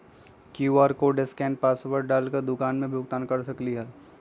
QR code scan password डाल कर दुकान में भुगतान कर सकलीहल?